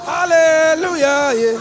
Hallelujah